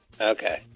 Okay